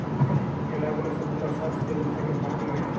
ম্যালা গুলা সব গুলা সর্স যেগুলা থাক্যে ফান্ডিং এ